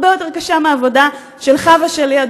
הרבה יותר קשה מהעבודה שלך ושלי,